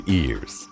ears